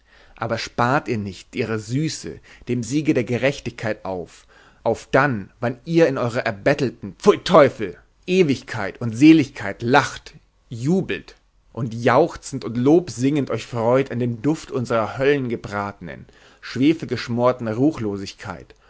aber spart ihr nicht ihre süße dem siege der gerechtigkeit auf auf dann wann ihr in eurer erbettelten pfui teufel ewigkeit und seligkeit lacht und jubelt und jauchzend und lobsingend euch freut an dem duft unserer höllegebratenen